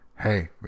Hey